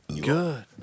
Good